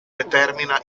determina